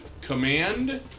Command